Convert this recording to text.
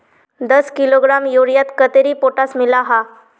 दस किलोग्राम यूरियात कतेरी पोटास मिला हाँ?